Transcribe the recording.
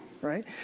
right